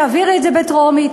תעבירי את זה בטרומית,